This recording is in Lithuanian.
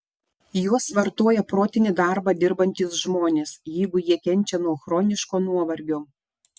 juos vartoja protinį darbą dirbantys žmonės jeigu jie kenčia nuo chroniško nuovargio